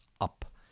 up